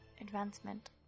advancement